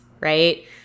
right